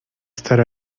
estar